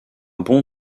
bon